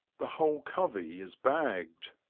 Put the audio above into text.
the whole covey is bagged.